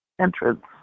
entrance